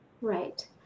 Right